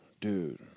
dude